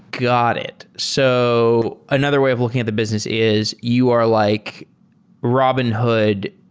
got it. so another way of looking at the business is you are like robinhood,